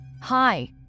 Hi